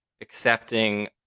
accepting